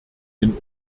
den